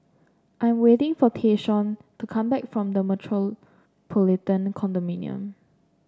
I am waiting for Tayshaun to come back from The Metropolitan Condominium